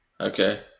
Okay